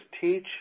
Teach